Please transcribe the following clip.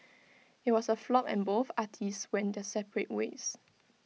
IT was A flop and both artists went their separate ways